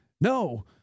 no